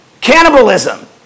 Cannibalism